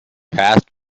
past